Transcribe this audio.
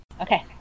Okay